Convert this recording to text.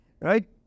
Right